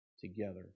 together